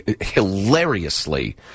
hilariously